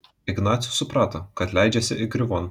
ignacius suprato kad leidžiasi įgriuvon